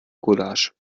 gulasch